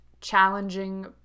challenging